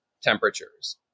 temperatures